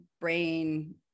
brain